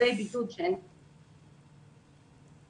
מבודדים שאינם יכולים לשמור על תנאי הבידוד שלהם בביתם,